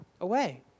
away